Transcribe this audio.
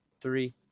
three